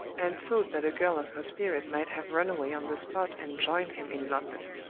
and thought that a girl of her spirit might have run away on the spot and joined him in london.